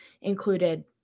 included